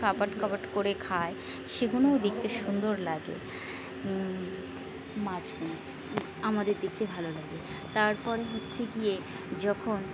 কাপাট কাপাট করে খায় সেগুলোও দেখতে সুন্দর লাগে মাছগুলো আমাদের দেখতে ভালো লাগে তার পরে হচ্ছে গিয়ে যখন